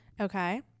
Okay